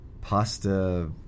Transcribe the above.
pasta